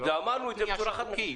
לא פניה שיווקית.